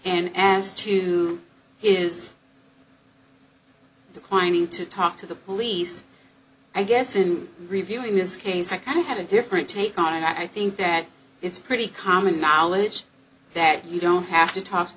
and as to his declining to talk to the police i guess in reviewing this case i have a different take on it i think that it's pretty common knowledge that you don't have to talk to